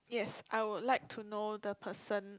yes I would like to know the person